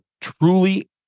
truly